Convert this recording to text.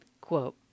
Quote